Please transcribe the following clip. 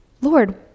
Lord